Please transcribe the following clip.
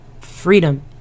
freedom